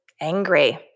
angry